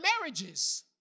marriages